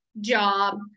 job